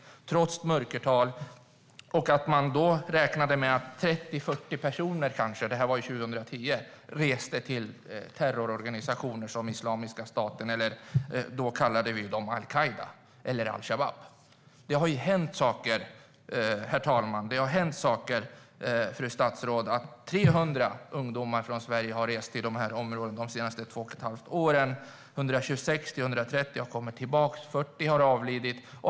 Det finns ett mörkertal. Och man räknade då, 2010, med att kanske 30-40 personer reste till terrororganisationer som Islamiska staten - då kallade vi dem al-Qaida eller al-Shabab. Herr talman! Det har ju hänt saker, fru statsråd. 300 ungdomar från Sverige har rest till de här områdena de senaste två och ett halvt åren. 126-130 har kommit tillbaka. 40 har avlidit.